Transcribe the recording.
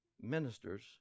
ministers